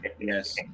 yes